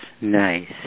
nice